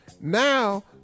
Now